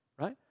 Right